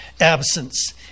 absence